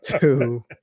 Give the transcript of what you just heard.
Two